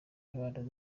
impano